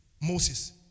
Moses